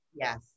yes